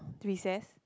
recess